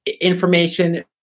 information